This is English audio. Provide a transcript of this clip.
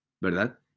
verdad